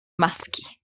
maski